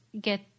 get